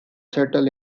settle